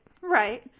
right